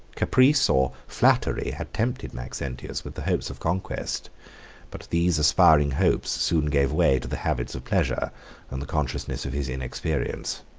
caprice or flattery had tempted maxentius with the hopes of conquest but these aspiring hopes soon gave way to the habits of pleasure and the consciousness of his inexperience.